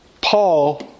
Paul